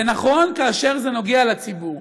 זה נכון כאשר זה נוגע בציבור,